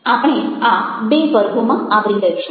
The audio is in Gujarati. આપણે આ બે વર્ગોમાં આવરી લઈશું